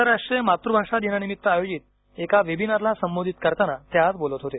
आंतरराष्ट्रीय मातृभाषा दिनानिमित्त आयोजित एका वेबिनारला संबोधित करताना ते आज बोलत होते